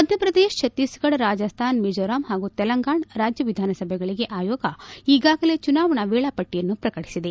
ಮಧ್ಯಪ್ರದೇಶ ಛತ್ತೀಸ್ಗಡ ರಾಜಸ್ತಾನ ಮಿಜೋರಾಂ ಹಾಗೂ ತೆಲಂಗಾಣ ರಾಜ್ಯ ವಿಧಾನಸಭೆಗಳಿಗೆ ಆಯೋಗ ಈಗಾಗಲೇ ಚುನಾವಣಾ ವೇಳಾಪಟ್ಟಿಯನ್ನು ಪ್ರಕಟಸಿದೆ